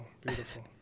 Beautiful